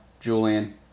Julian